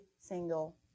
single